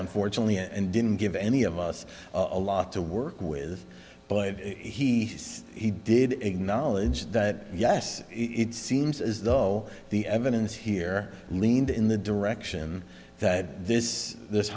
unfortunately and didn't give any of us a lot to work with but he he did acknowledge that yes it seems as though the evidence here leaned in the direction that this this